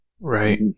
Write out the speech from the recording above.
Right